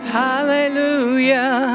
hallelujah